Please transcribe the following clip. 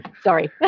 Sorry